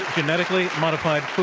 genetically modify